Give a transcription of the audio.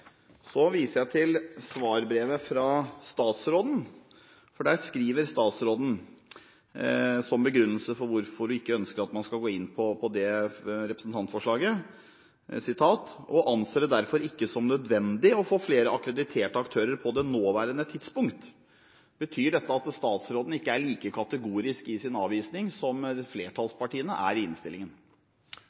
Så viser jeg til svarbrevet fra statsråden, for der skriver hun som begrunnelse for hvorfor man ikke ønsker å gå inn for representantforslaget: og anser det derfor ikke som nødvendig å få flere akkrediterte aktører på det nåværende tidspunkt.» Betyr dette at statsråden ikke er like kategorisk i sin avvisning som flertallspartiene er i innstillingen?